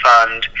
Fund